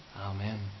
Amen